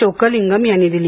चोक्कलिंगम यांनी दिली